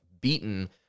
beaten